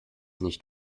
nicht